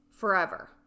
Forever